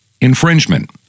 infringement